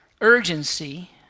urgency